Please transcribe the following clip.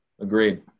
Agreed